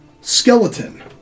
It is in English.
skeleton